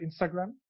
Instagram